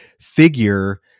figure